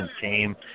team